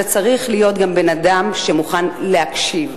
אתה צריך להיות גם בן-אדם שמוכן להקשיב,